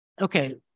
okay